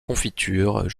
confiture